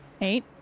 eight